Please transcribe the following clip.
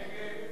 מי בעד?